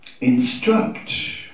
instruct